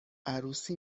عروسی